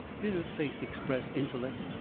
did her face express intellect,